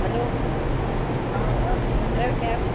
hello हां InDrive cab